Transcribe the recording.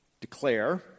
declare